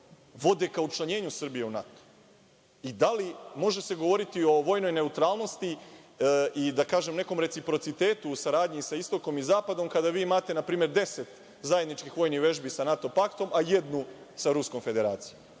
vode ka učlanjenju Srbije u NATO i da li se može govoriti o vojnoj neutralnosti i, da kažem, nekom reciprocitetu u saradnji sa Istokom i Zapadom, kada vi imate npr. 10 zajedničkih vojnih vežbi sa NATO Paktom, a jednu sa Ruskom Federacijom?